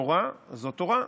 אורה זו תורה,